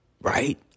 right